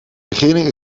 regering